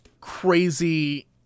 crazy